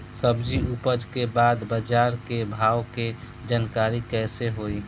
सब्जी उपज के बाद बाजार के भाव के जानकारी कैसे होई?